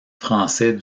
français